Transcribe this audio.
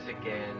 again